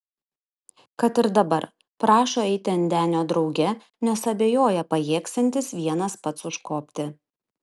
kad ir dabar prašo eiti ant denio drauge nes abejoja pajėgsiantis vienas pats užkopti